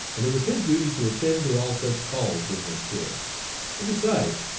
and it was his duty to attend to all such calls during his tour and besides,